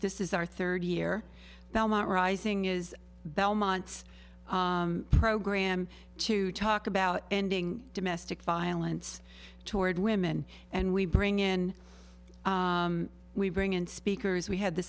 this is our third year belmont rising is belmont's program to talk about ending domestic violence toward women and we bring in we bring in speakers we had the